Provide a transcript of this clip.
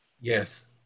Yes